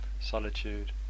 solitude